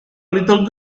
little